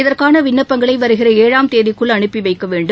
இதற்கானவிண்ணப்பங்களைவருகிறஏழாம் தேதிக்குள் அனுப்பிவைக்கவேண்டும்